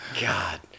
God